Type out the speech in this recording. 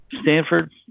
Stanford